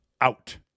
out